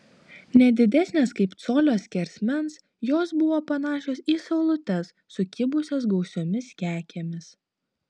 ne didesnės kaip colio skersmens jos buvo panašios į saulutes sukibusias gausiomis kekėmis